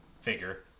figure